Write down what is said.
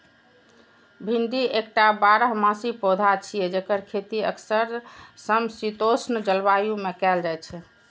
भिंडी एकटा बारहमासी पौधा छियै, जेकर खेती अक्सर समशीतोष्ण जलवायु मे कैल जाइ छै